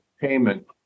payment